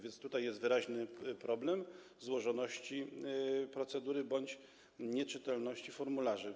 Więc tutaj jest wyraźny problem złożoności procedury bądź nieczytelności formularzy.